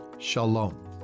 Shalom